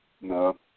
No